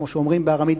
כמו שאומרים בארמית,